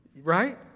Right